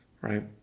right